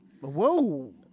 Whoa